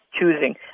choosing